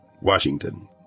Washington